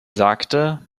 sagte